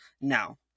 No